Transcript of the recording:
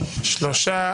שלושה.